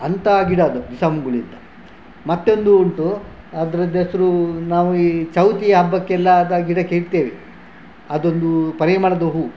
ಅಂತಹ ಗಿಡ ಅದು ಬಿಸ ಮುಂಗುಲಿ ಅಂತ ಮತ್ತೊಂದು ಉಂಟು ಅದರದ್ದು ಹೆಸರು ನಾವು ಈ ಚೌತಿಯ ಹಬ್ಬಕ್ಕೆಲ್ಲ ಅದು ಗಿಡಕ್ಕೆ ಇಡ್ತೇವೆ ಅದೊಂದು ಪರಿಮಳದ ಹೂವು